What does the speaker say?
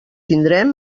tindrem